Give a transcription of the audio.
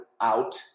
out